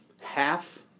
half